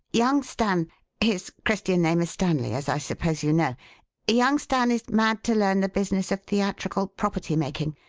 young stan his christian name is stanley, as i suppose you know young stan is mad to learn the business of theatrical property making,